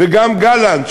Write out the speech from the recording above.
וגם גלנט,